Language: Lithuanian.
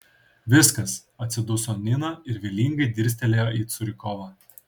viskas atsiduso nina ir vylingai dirstelėjo į curikovą